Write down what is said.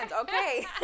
Okay